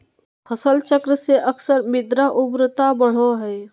फसल चक्र से अक्सर मृदा उर्वरता बढ़ो हइ